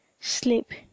sleep